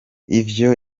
ivyo